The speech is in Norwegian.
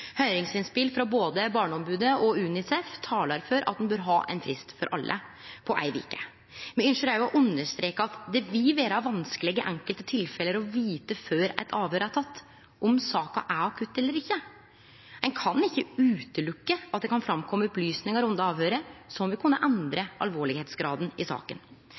Høyringsinnspel frå både Barneombodet og UNICEF talar for at ein bør ha ein frist for alle, ein frist på ei veke. Me ønskjer også å understreke at det vil vere vanskeleg i enkelte tilfelle å vite før eit avhøyr er teke, om saka er akutt eller ikkje. Ein kan ikkje utelukke at det kan kome fram opplysningar under avhøyret som vil kunne endre alvorsgraden i saka.